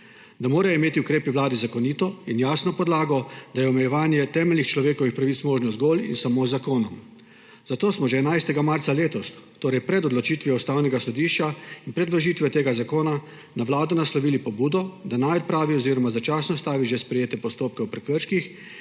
da morajo imeti ukrepi Vlade zakonito in jasno podlago, da je omejevanje temeljnih človekovih pravic možno zgolj in samo z zakonom. Zato smo že 11. marca letos, torej pred odločitvijo Ustavnega sodišča in predložitvijo tega zakona, na Vlado naslovili pobudo, da naj odpravi oziroma začasno ustavi že sprejete postopke o prekrških,